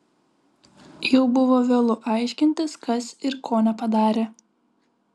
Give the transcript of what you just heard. jau buvo vėlu aiškintis kas ir ko nepadarė